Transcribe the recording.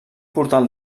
portal